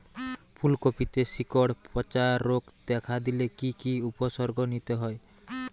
ফুলকপিতে শিকড় পচা রোগ দেখা দিলে কি কি উপসর্গ নিতে হয়?